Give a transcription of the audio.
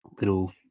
little